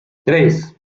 tres